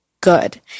good